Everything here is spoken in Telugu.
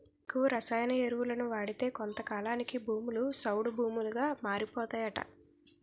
ఎక్కువ రసాయన ఎరువులను వాడితే కొంతకాలానికి భూములు సౌడు భూములుగా మారిపోతాయట